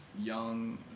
young